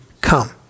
come